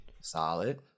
Solid